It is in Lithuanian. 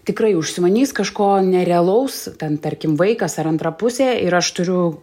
tikrai užsimanys kažko nerealaus ten tarkim vaikas ar antra pusė ir aš turiu